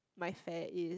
my fare is